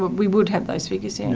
we would have those figures, yes.